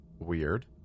weird